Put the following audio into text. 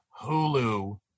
hulu